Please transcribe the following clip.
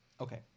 Okay